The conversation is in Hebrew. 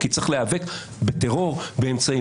צריך להיאבק בטרור באמצעים.